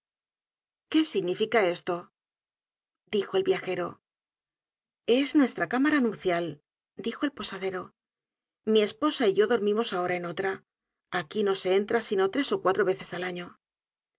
qué significa esto dijo el viajero es nuestra cámara nupcial dijo el posadero mi esposa y yo dormimos ahora en otra aquí no se entra sino tres ó cuatro veces al año